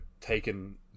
taken